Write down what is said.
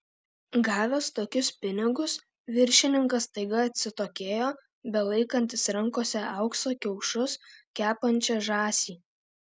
gavęs tokius pinigus viršininkas staiga atsitokėjo belaikantis rankose aukso kiaušus kepančią žąsį